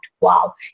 wow